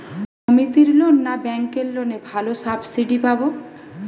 সমিতির লোন না ব্যাঙ্কের লোনে ভালো সাবসিডি পাব?